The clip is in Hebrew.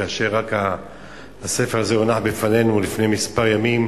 כאשר הספר הזה הונח בפנינו לפני מספר ימים,